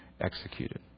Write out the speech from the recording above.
executed